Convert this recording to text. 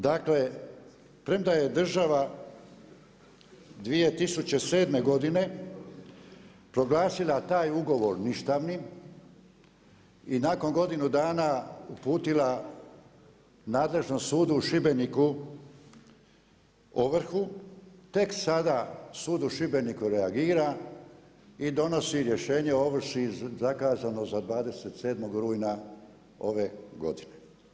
Dakle premda je država 2007. godine proglasila taj ugovor ništavnim i nakon godinu dana uputila nadležnom sudu u Šibeniku ovrhu tek sada sud u Šibeniku reagira i donosi vršenje o ovrsi zakazano za 27. rujna ove godine.